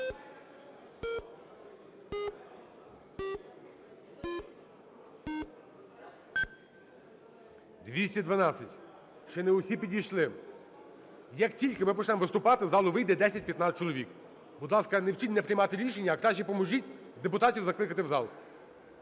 За-212 Ще не всі підійшли. Як тільки ми почнемо виступати, з залу вийде 10-15 чоловік. Будь ласка, не вчіть мене приймати рішення, а краще поможіть депутатів закликати в зал.